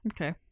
Okay